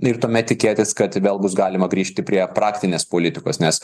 ir tuomet tikėtis kad vėl bus galima grįžti prie praktinės politikos nes